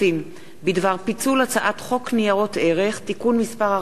הצעת חוק הביטוח הלאומי (תיקון,